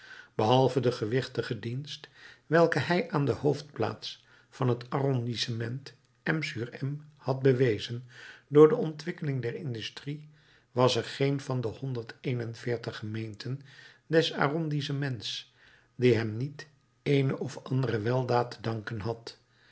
behalve den gewichtigen dienst welken hij aan de hoofdplaats van het arrondissement m sur m had bewezen door de ontwikkeling der industrie was er geen van de honderd een en veertig gemeenten des arrondissements die hem niet eene of andere weldaad te danken had